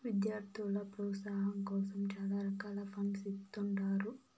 విద్యార్థుల ప్రోత్సాహాం కోసం చాలా రకాల ఫండ్స్ ఇత్తుంటారు